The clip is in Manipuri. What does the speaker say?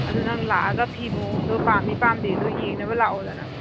ꯑꯗꯨ ꯅꯪ ꯂꯥꯛꯑꯒ ꯐꯤ ꯃꯑꯣꯡꯗꯣ ꯄꯥꯝꯃꯤ ꯄꯥꯝꯗꯦꯗꯣ ꯌꯦꯡꯅꯕ ꯂꯥꯛꯑꯣꯗꯅ